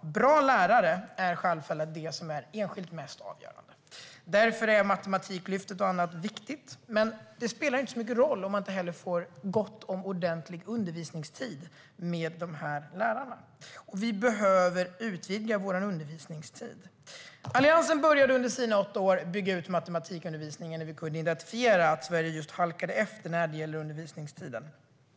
Bra lärare är självfallet det som är enskilt mest avgörande. Därför är Matematiklyftet och annat viktigt, men det spelar inte så stor roll om man inte får ordentlig undervisningstid med lärare. Undervisningstiden behöver utvidgas. Under sina åtta år började Alliansen att bygga ut matematikundervisningen när vi kunde identifiera att Sverige halkade efter när det gäller undervisningstiden.